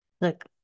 Look